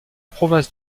province